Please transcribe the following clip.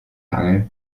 angel